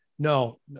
No